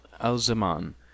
al-Zaman